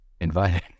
invited